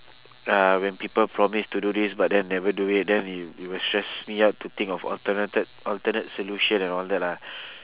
uh when people promise to do this but then never do it then it will stress me out to think of alternated alternate solution and all that lah